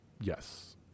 Yes